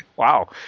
Wow